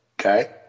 Okay